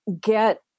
get